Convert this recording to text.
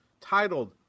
titled